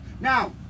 Now